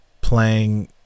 playing